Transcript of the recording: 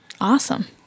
Awesome